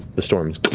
the storms